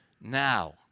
Now